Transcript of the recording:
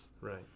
right